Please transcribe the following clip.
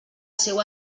seu